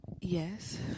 Yes